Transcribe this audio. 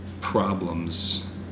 problems